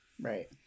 Right